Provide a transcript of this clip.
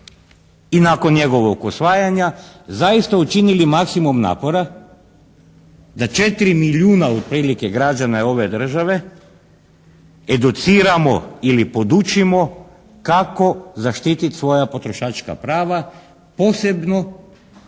i nakon njegovog usvajanja zaista učinili maksimum napora da 4 milijuna otprilike građana ove države educiramo ili podučimo kako zaštititi svoja potrošačka prava posebno,